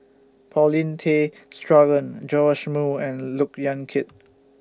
Paulin Tay Straughan Joash Moo and Look Yan Kit